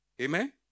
Amen